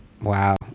Wow